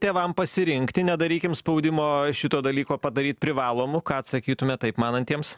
tėvam pasirinkti nedarykim spaudimo šito dalyko padaryt privalomu ką atsakytumėt taip manantiems